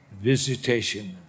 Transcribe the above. visitation